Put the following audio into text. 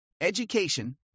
education